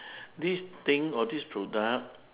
this thing or this product